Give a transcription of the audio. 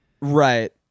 Right